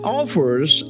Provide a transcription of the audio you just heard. offers